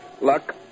Luck